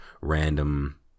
random